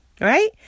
right